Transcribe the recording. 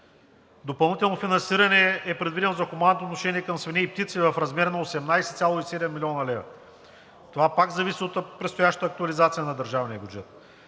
Допълнително финансиране е предвидено за хуманното отношение към свине и птици в размер на 18,7 млн. лв. Това пак зависи от предстоящата актуализация на държавния бюджет.